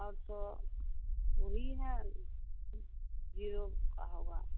और सो वही है जीरो का होगा